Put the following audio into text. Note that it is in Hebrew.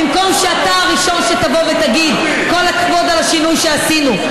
במקום שאתה תהיה הראשון שתבוא ותגיד: כל הכבוד על השינוי שעשינו,